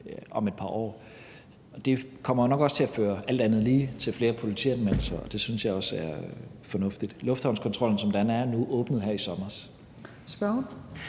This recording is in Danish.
om et par år. Det kommer nok også alt andet lige til at føre til flere politianmeldelser, og det synes jeg også er fornuftigt. Lufthavnskontrollen, som den er nu, åbnede her i sommer.